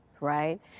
right